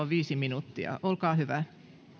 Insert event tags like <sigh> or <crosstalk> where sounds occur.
<unintelligible> viisi minuuttia olkaa hyvä